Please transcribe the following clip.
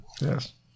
Yes